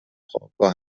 خوابگاه